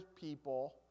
people